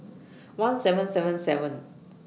one seven seven seven